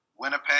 Winnipeg